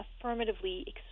affirmatively